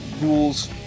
rules